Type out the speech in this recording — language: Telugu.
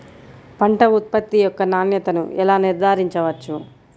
పంట ఉత్పత్తి యొక్క నాణ్యతను ఎలా నిర్ధారించవచ్చు?